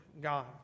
God